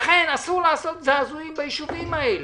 לכן אסור לעשות זעזועים ביישובים האלה.